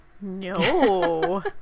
No